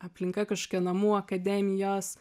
aplinka kažkokia namų akademijos